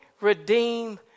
redeem